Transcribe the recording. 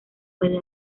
puede